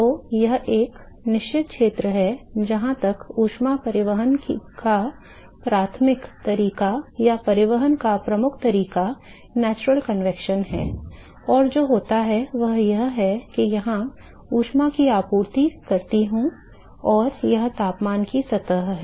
तो एक निश्चित क्षेत्र है जहां तक ऊष्मा परिवहन का प्राथमिक तरीका या परिवहन का प्रमुख तरीका प्राकृतिक संवहन है और जो होता है वह यह है कि मैं यहां ऊष्मा की आपूर्ति करता हूं और यह तापमान की सतह है